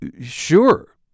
sure